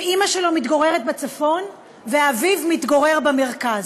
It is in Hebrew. שאימא שלו מתגוררת בצפון ואביו מתגורר במרכז.